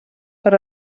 per